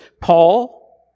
Paul